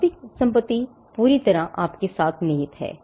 भौतिक संपत्ति पूरी तरह से आपके साथ निहित है